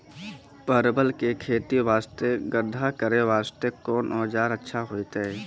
परवल के खेती वास्ते गड्ढा करे वास्ते कोंन औजार अच्छा होइतै?